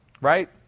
right